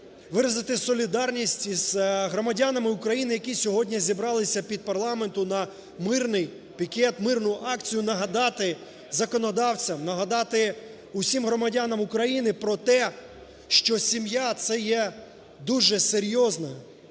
виразити солідарність із громадянами України, які сьогодні зібралися під парламентом на мирний пікет, мирну акцію, нагадати законодавцям, нагадати усім громадянам України про те, що сім'я – це є дуже серйозна,